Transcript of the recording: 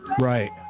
Right